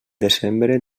desembre